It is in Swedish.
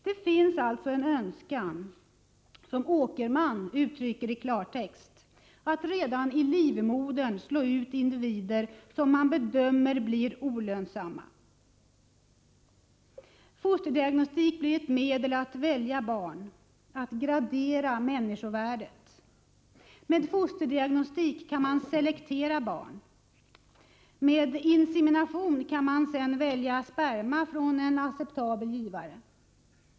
Det finns alltså en önskan, som Henrik Åkerman i klartext uttrycker sig, att redan i livmodern slå ut individer som man bedömer blir olönsamma. Fosterdiagnostik blir ett medel när det gäller att välja barn — att gradera människovärdet. Med hjälp av fosterdiagnostik kan man selektera barn. Genom insemination kan man välja sperma från en acceptabel givare.